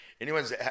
anyone's